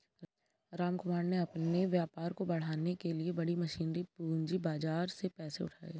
रामकुमार ने अपने व्यापार को बढ़ाने के लिए बड़ी मशीनरी पूंजी बाजार से पैसे उठाए